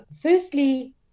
Firstly